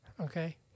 Okay